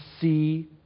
see